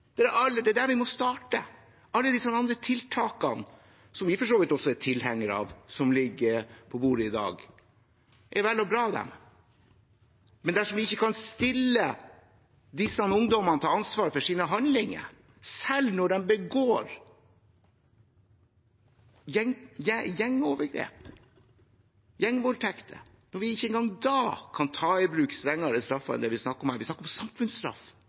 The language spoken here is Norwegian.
er der vi må starte. Alle de andre tiltakene, som vi for så vidt også er tilhengere av, som ligger på bordet i dag, er vel og bra, men dersom vi ikke kan stille disse ungdommene til ansvar for sine handlinger selv når de begår gjengovergrep, gjengvoldtekter – når vi ikke engang da kan ta i bruk strengere straffer enn det vi snakker om her, dvs. samfunnsstraff – har vi